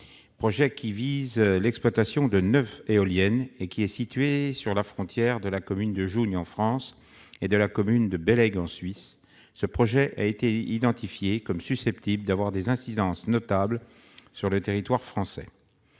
projet d'exploitation de neuf éoliennes est situé à la frontière de la commune de Jougne, en France, et de la commune de Ballaigues, en Suisse. Ce projet a été identifié comme susceptible d'avoir des incidences notables sur le territoire français,